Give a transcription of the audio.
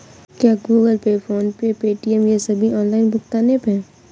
क्या Google pay PhonePe Paytm ये सभी ऑनलाइन भुगतान ऐप हैं?